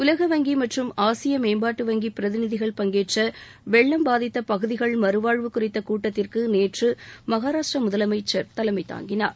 உலக வங்கி மற்றும் ஆசிய மேம்பாட்டு வங்கி பிரதிநிதிகள் பங்கேற்ற வெள்ளம் பாதித்த பகுதிகள் மறுவாழ்வு குறித்த கூட்டத்திற்கு நேற்று மகாராஷ்டிர முதலமைச்சர் தலைமை தாங்கினார்